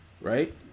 right